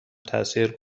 تاثیر